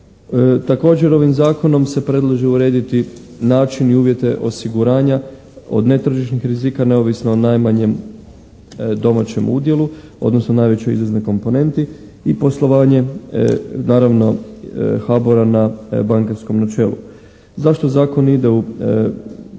Također ovim zakonom se predlaže urediti način i uvjete osiguranja od netržišnih rizika neovisno o najmanjem domaćem udjelu odnosno najvećoj izvoznoj komponenti i poslovanje naravno HABOR-a na bankarskom načelu. Zašto zakon ide po